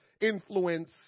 influence